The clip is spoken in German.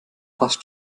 fast